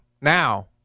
now